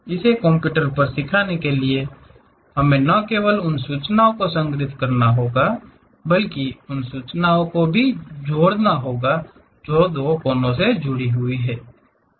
इसे कंप्यूटर पर सिखाने के लिए हमें न केवल उन सूचनाओं को संग्रहीत करना होगा बल्कि उन सूचनाओं को भी जोड़ना होगा जो दो कोने से जुड़ी हैं